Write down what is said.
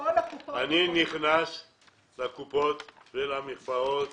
אני נכנס לקופות ולמרפאות,